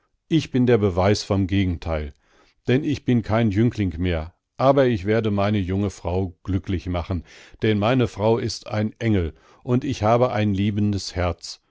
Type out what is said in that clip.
ich bin der beweis vom gegenteil denn ich bin kein jüngling mehr aber ich werde meine junge frau glücklich machen denn meine frau ist ein engel und ich habe ein liebendes herz